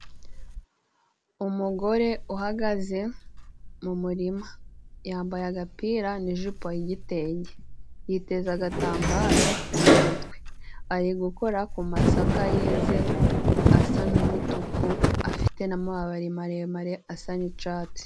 Umugore uhagaze mu murima yambaye agapira n'ijipo y' igitenge yiteza agatambaro mu mutwe, ari gukora ku masaka yeze asa n'umutuku afite n'amabari maremare asa n'icatsi.